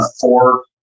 four